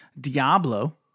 Diablo